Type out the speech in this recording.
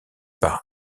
par